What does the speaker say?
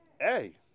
hey